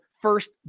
first